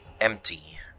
empty